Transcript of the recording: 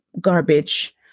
Garbage